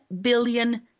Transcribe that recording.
billion